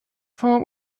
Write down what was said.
vom